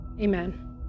Amen